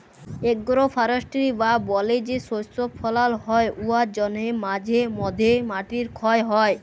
agro forestry বা বলে যে শস্য ফলাল হ্যয় উয়ার জ্যনহে মাঝে ম্যধে মাটির খ্যয় হ্যয়